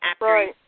Right